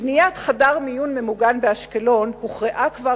בניית חדר מיון ממוגן באשקלון הוכרעה כבר